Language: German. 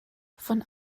von